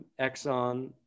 Exxon